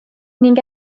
ning